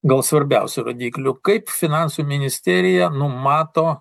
gal svarbiausių rodiklių kaip finansų ministerija numato